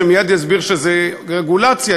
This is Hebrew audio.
שמייד יסביר שזה רגולציה.